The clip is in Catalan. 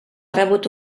rebut